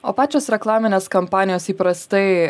o pačios reklaminės kampanijos įprastai